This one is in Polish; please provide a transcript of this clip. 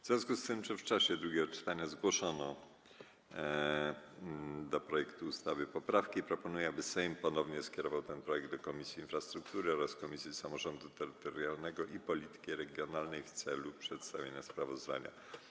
W związku z tym, że w czasie drugiego czytania zgłoszono do projektu ustawy poprawki, proponuję, aby Sejm ponownie skierował ten projekt do Komisji Infrastruktury oraz Komisji Samorządu Terytorialnego i Polityki Regionalnej w celu przedstawienia sprawozdania.